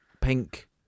pink